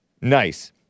Nice